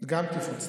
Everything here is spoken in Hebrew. גם תקיפות סתם.